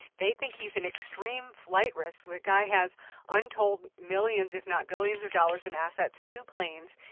they think he's an extreme flight risk. the guy has untold millions, if not billions, of dollars in assets, two planes.